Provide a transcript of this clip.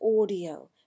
audio